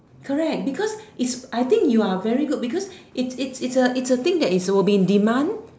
correct because is I think you are very good because it's it's it's a it's a thing that is will be in demand